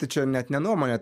tai čia net ne nuomonė